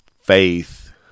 faith